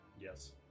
Yes